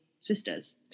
sisters